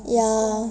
ya